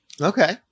Okay